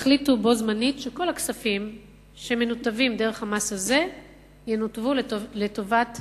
תחליטו בו-בזמן שכל הכספים שמנותבים דרך המס הזה ינותבו לטובת